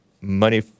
money